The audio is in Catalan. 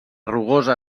rugosa